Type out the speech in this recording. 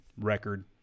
record